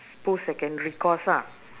post secondary course lah